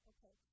Okay